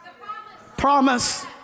Promise